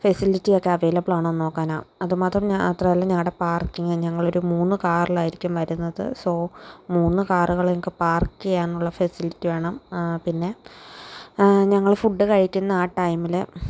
facility ഒക്കെ അവൈലബിളാണോന്ന് നോക്കാനാണ് അത് മാത്രമല്ല ഞങ്ങളുടെ പാർക്കിംഗ് ഞങ്ങളൊരു മൂന്ന് കാറിലായിരിക്കും വരുന്നത് സോ മൂന്ന് കാറുകള് ഞങ്ങൾക്ക് പാർക്ക് ചെയ്യാനുള്ള ഫെസിലിറ്റി വേണം പിന്നെ ഞങ്ങൾ ഫുഡ് കഴിക്കുന്ന ആ ടൈമില്